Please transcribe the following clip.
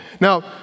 Now